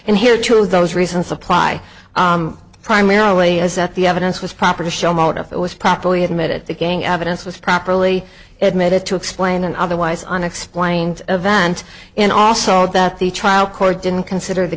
and here two of those reasons apply primarily as at the evidence was proper to show motive it was properly admitted the gang evidence was properly admitted to explain and otherwise unexplained event and also that the trial court didn't consider the